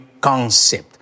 concept